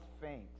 faint